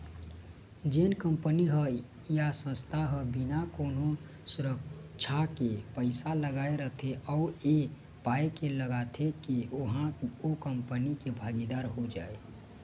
जेन कंपनी ह या संस्था ह बिना कोनो सुरक्छा के पइसा लगाय रहिथे ओ ऐ पाय के लगाथे के ओहा ओ कंपनी के भागीदार हो जाय